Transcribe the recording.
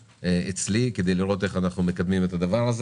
אצלי כדי לראות איך אנו מקדמים את זה.